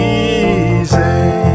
easy